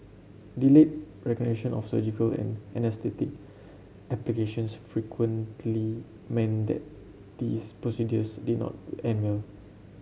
delayed recognition of surgical and anaesthetic applications frequently meant that these procedures did not end well